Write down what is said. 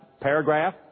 paragraph